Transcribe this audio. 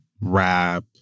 rap